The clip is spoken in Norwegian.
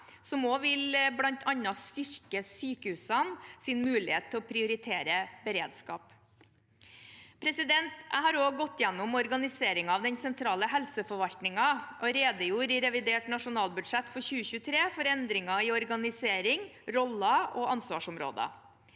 som bl.a. vil styrke sykehusenes mulighet til å prioritere beredskap. Jeg har også gått gjennom organiseringen av den sentrale helseforvaltningen og redegjorde i revidert nasjonalbudsjett for 2023 for endringer i organisering, roller og ansvarsområder.